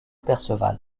perceval